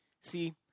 See